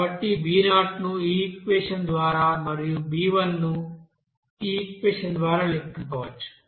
కాబట్టి b0 ను ఈ ఈక్వెషన్ ద్వారా మరియు b1 ను ఈ ఈక్వెషన్ ద్వారా లెక్కించవచ్చు